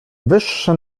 wyższe